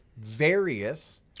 various